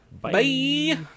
Bye